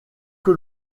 que